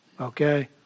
okay